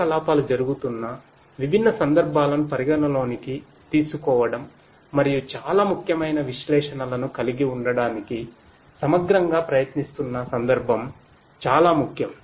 కార్యకలాపాలు జరుగుతున్న విభిన్న సందర్భాలను పరిగణనలోకి తీసుకోవడం మరియు చాలా ముఖ్యమైన విశ్లేషణలను కలిగి ఉండటానికి సమగ్రంగా ప్రయత్నిస్తున్న సందర్భం చాలా ముఖ్యం